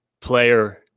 player